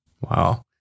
Wow